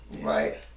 Right